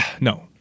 no